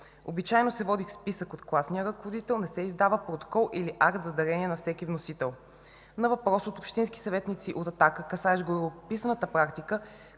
Обичайно се води списък от класния ръководител, а не се издава протокол или акт за дарение на всеки вносител. На въпрос от общински съветници от „Атака”, касаещ гореописаната практика,